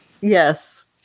Yes